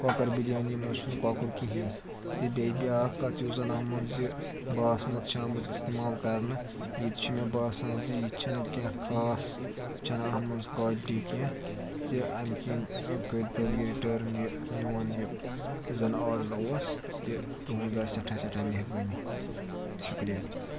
کۄکَر بِریانی منٛز چھُنہٕ کۄکُر کِہیٖنۍ تہٕ بیٚیہِ بیٛاکھ کَتھ یُس زَن اَتھ منٛز یہِ باسمت چھےٚ آمٕژ اِستعمال کَرنہٕ یہِ تہِ چھُ مےٚ باسان زِ یہِ تہِ چھنہٕ کینٛہہ خاص چھنہٕ اَتھ منٛز کالٹی کینٛہہ تہِ اَمہِ کِنۍ کٔرۍتو یہِ رِٹٲرٕن یہِ میون یہِ یُس زَن آرڈَر اوس تہِ تُہنٛد آسہِ سٮ۪ٹھاہ سٮ۪ٹھاہ مہربٲنی شُکریہ